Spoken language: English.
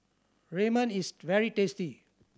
is very tasty